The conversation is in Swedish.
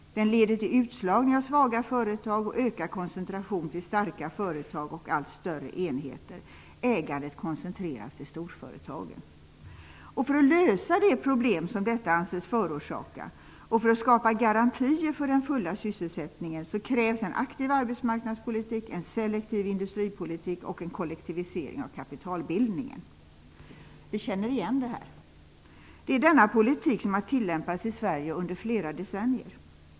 Den leder till utslagning av svaga företag och ökad koncentration till starka företag och allt större enheter. Ägandet koncentreras till storföretagen. För att lösa de problem som detta anses förorsaka och för att skapa garantier för den fulla sysselsättningen krävs en aktiv arbetsmarknadspolitik, en selektiv industripolitik och en kollektivisering av kapitalbildningen. Vi känner igen det. Det är denna politik som har tillämpats i Sverige under flera decennier.